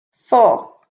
four